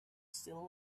still